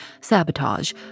sabotage